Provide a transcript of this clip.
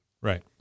Right